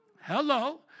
Hello